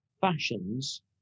fashions